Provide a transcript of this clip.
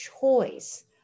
choice